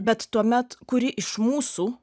bet tuomet kuri iš mūsų